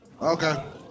Okay